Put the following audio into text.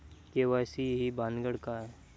KYC ही भानगड काय?